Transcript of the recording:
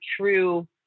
true